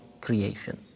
creation